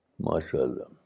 MashaAllah